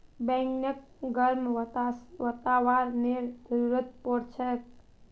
बैगनक गर्म वातावरनेर जरुरत पोर छेक